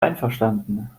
einverstanden